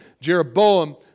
Jeroboam